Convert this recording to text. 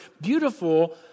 beautiful